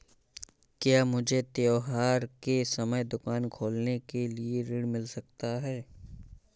क्या मुझे त्योहार के समय दुकान खोलने के लिए ऋण मिल सकता है?